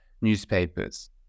newspapers